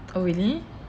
oh really